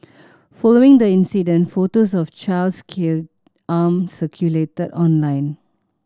following the incident photos of child's scalded arm circulated online